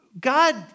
God